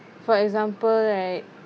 for example right